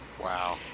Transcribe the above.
wow